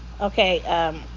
Okay